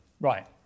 Right